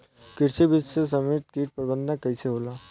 कृषि विधि से समन्वित कीट प्रबंधन कइसे होला?